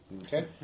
Okay